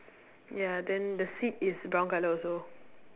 ya then the seat is brown colour also